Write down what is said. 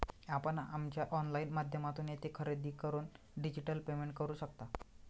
आपण आमच्या ऑनलाइन माध्यमातून येथे खरेदी करून डिजिटल पेमेंट करू शकता